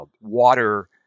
water